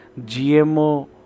GMO